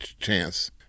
chance